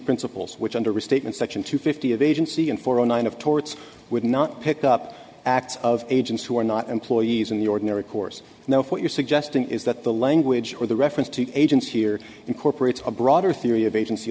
principles which under restatement section two fifty of agency and four or nine of torts would not pick up acts of agents who are not employees in the ordinary course now if what you're suggesting is that the language or the reference to agents here incorporates a broader theory of agency